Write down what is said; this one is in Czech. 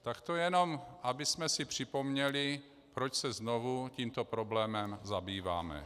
Tak to jenom abychom si připomněli, proč se znovu tímto problémem zabýváme.